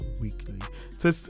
weekly